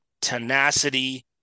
tenacity